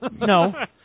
No